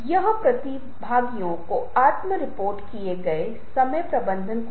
कृपया ऑडियंस के रवैये दर्शकों की दिलचस्पी पर ध्यान दें